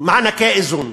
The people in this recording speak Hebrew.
למענקי איזון,